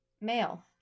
Male